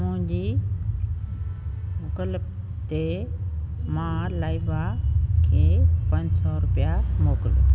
मुंहिंजी गूगल ते मां लाइबा खे पंज सौ रुपिया मोकिलियो